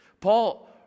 Paul